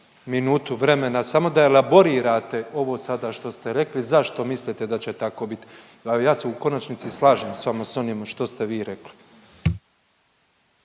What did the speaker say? minutu vremena samo da elaborirate ovo sada što ste rekli zašto mislite da će tako biti. Ja se u konačnici slažem sa vama sa onime što ste vi rekli.